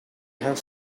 have